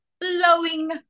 blowing